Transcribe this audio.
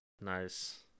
Nice